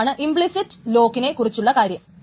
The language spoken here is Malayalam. ഇതാണ് ഇംപളിസിറ്റ് ലോക്കിനെ കുറിച്ചുള്ള കാര്യം